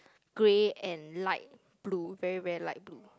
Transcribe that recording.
grey and light blue very very light blue